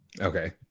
Okay